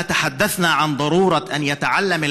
כאשר דיברנו על הצורך שהאחר,